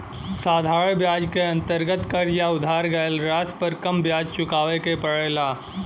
साधारण ब्याज क अंतर्गत कर्ज या उधार गयल राशि पर कम ब्याज चुकावे के पड़ेला